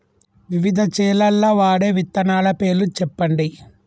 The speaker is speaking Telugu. వివిధ చేలల్ల వాడే విత్తనాల పేర్లు చెప్పండి?